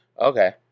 Okay